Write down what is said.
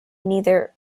neither